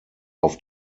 auf